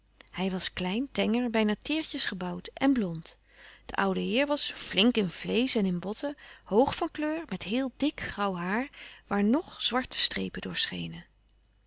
hij was klein tenger bijna teêrtjes gebouwd en blond de oude heer was flink in vleesch en in botten hoog van kleur met heel dik grauw haar waar nog zwarte strepen door schenen